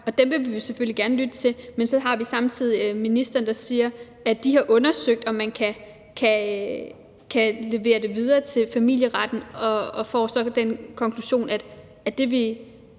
Og dem vil vi selvfølgelig gerne lytte til. Men så har vi samtidig ministeren, der siger, at hun har undersøgt, om man kan levere det videre til familieretten, og dér er man så kommet frem til